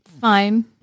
Fine